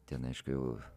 ten aišku